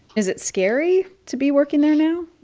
is it scary to be working there now?